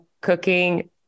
cooking